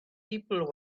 people